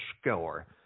score